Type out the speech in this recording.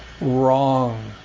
wrong